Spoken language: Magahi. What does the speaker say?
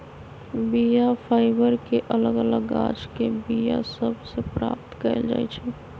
बीया फाइबर के अलग अलग गाछके बीया सभ से प्राप्त कएल जाइ छइ